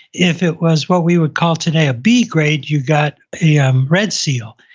if it was what we would call today a b grade, you got a um red seal.